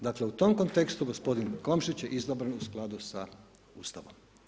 Dakle, u tom kontekstu gospodin Komšić je izabran u skladu sa Ustavom.